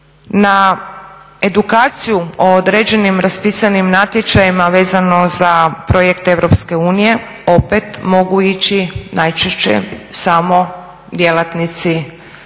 Na edukaciju o određenim raspisanim natječajima vezano za projekt Europske unije opet mogu ići najčešće samo djelatnici